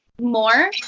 more